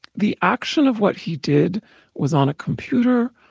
the action of what he did was on a computer,